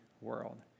world